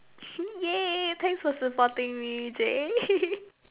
!yay! thanks for supporting me J